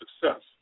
success